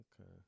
Okay